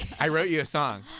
i wrote you a song.